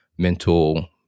mental